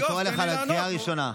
אני קורא אותך לסדר קריאה ראשונה.